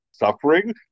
Suffering